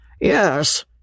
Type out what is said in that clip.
Yes